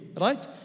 right